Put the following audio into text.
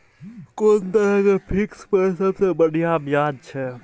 कोन तरह के फिक्स पर सबसे बढ़िया ब्याज छै?